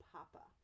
Papa